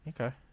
Okay